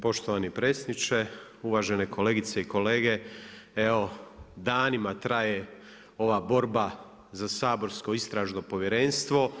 Poštovani predsjedniče, uvažene kolegice i kolege, evo danima traje ova borba za saborsko Istražno povjerenstvo.